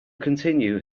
continue